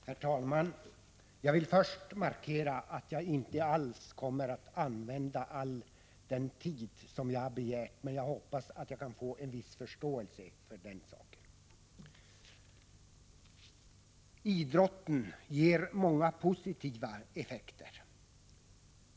Herr talman! Jag vill först tala om att jag inte alls kommer att använda all den tid som jag har begärt, men jag hoppas på en viss förståelse för den saken. Idrotten har många positiva effekter.